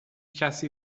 کسی